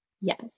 Yes